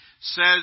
says